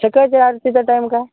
सकाळच्या आरतीचा टाईम काय